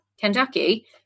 Kentucky